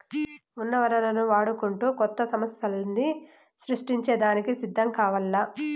ఉన్న వనరులను వాడుకుంటూ కొత్త సమస్థల్ని సృష్టించే దానికి సిద్ధం కావాల్ల